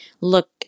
look